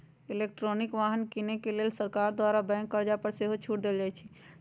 electric वाहन किने के लेल सरकार द्वारा बैंक कर्जा पर सेहो छूट देल जाइ छइ